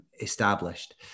established